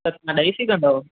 त तव्हां ॾेई सघंदव